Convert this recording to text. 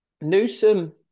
Newsom